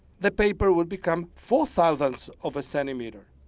the paper will become four thousandths of a centimeter.